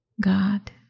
God